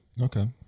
Okay